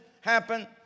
happen